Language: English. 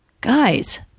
Guys